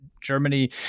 Germany